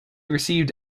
received